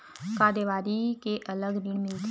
का देवारी के अलग ऋण मिलथे?